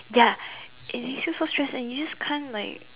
ya and you feel so stressed and you just can't like